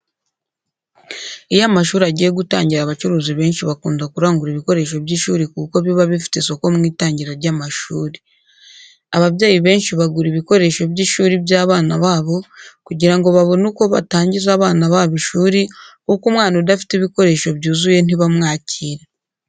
Iyo amashuri agiye gutangira abacuruzi benshi bakunda kurangura ibikoresho by'ishuri kuko biba bifite isoko mu itangira ry'amashuri. Ababyeyi benshi bagura ibikoresho by'ishuri by'abana babo kugira ngo babone uko batangiza abana b'abo ishuri kuko umwana udafite ibikoresho byuzuye ntibamwakira.